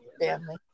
family